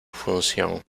función